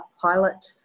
pilot